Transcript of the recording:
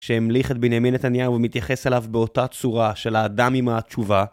כשהמליך את בינימן נתניהו מתייחס אליו באותה צורה של האדם עם התשובה.